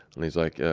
and he's like,